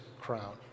crown